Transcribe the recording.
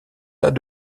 tas